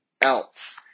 else